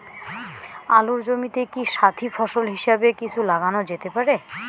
আলুর জমিতে কি সাথি ফসল হিসাবে কিছু লাগানো যেতে পারে?